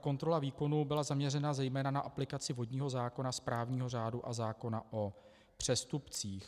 Kontrola výkonu byla zaměřena zejména na aplikaci vodního zákona, správního řádu a zákona o přestupcích.